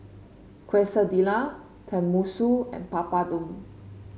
Quesadilla Tenmusu and Papadum